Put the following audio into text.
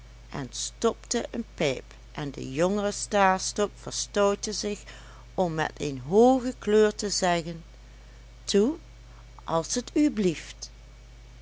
en stopte een pijp en de jongere stastok verstoutte zich om met een hooge kleur te zeggen toe als t u belieft